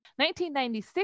1996